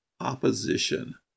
opposition